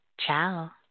Ciao